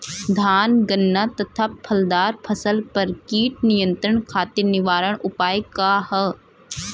धान गन्ना तथा फलदार फसल पर कीट नियंत्रण खातीर निवारण उपाय का ह?